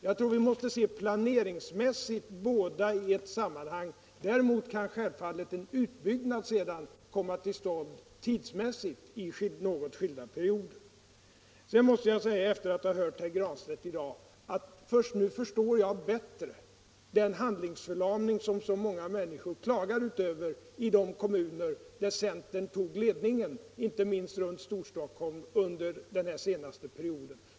Jag tror att vi planeringsmässigt måste se båda i ett sammanhang. Sedan kan självfallet en utbyggnad tidsmässigt komma till stånd i något skilda perioder. Slutligen måste jag säga, efter att ha lyssnat på herr Granstedt här i dag, att nu förstår jag bättre den handlingsförlamning som många människor klagar över i de kommuner, inte minst i Storstockholm, där centern tog ledningen under den senaste perioden.